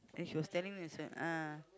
and she was telling me as well ah